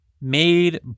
made